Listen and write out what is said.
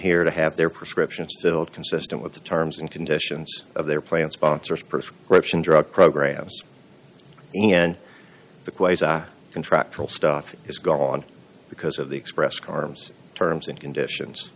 here to have their prescriptions filled consistent with the terms and conditions of their plan sponsors purse corruption drug programs and the quasar contractual stuff is gone because of the express carmen's terms and conditions